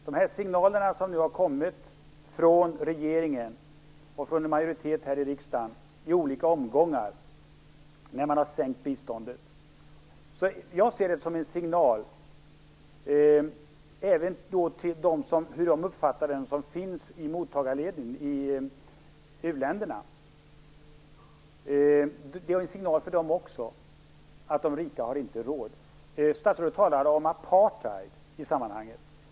De signaler som nu har kommit från regeringen och från en majoritet här i riksdagen i olika omgångar när man har sänkt biståndet ser jag som en signal också till dem som finns i mottagarleden i u-länderna att de rika inte har råd. Statsrådet talade om apartheid i sammanhanget.